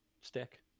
stick